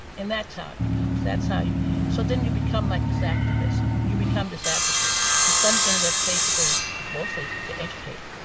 and that's how it becomes. that's how you so then you become like this activist. you become this advocate for something that's basically mostly to educate.